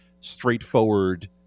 straightforward